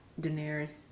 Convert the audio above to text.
Daenerys